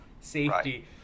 safety